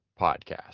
podcast